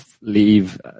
leave